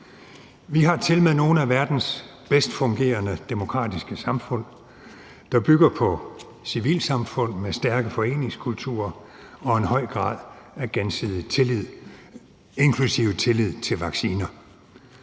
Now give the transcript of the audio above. Vi har tilmed nogle af verdens bedst fungerende demokratiske samfund, der bygger på civilsamfund med stærke foreningskulturer og en høj grad af gensidig tillid, inklusive tillid til vacciner.